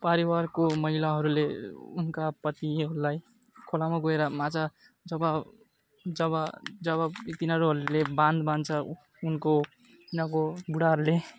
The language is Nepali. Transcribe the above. परिवारको महिलाहरूले उनका पतिहरूलाई खोलामा गएर माछा जब जब जब तिनीहरूले बाँध बाँध्छ उनको उनीहरूको बुढाहरूले